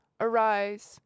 Arise